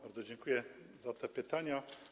Bardzo dziękuję za te pytania.